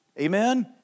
Amen